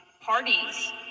parties